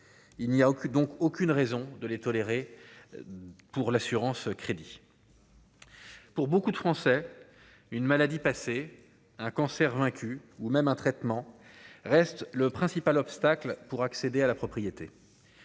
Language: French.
il n'y a aucune donc aucune raison de les tolérer pour l'assurance-crédit. Pour beaucoup de Français, une maladie passer un cancer vaincu ou même un traitement reste le principal obstacle pour accéder à la propriété.